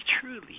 truly